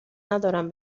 ندارم